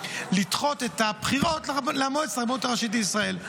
לדחות את הבחירות למועצת הרבנות הראשית לישראל.